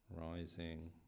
rising